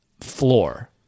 floor